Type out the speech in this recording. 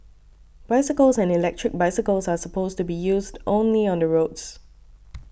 bicycles and electric bicycles are supposed to be used only on the roads